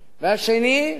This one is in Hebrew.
והשני,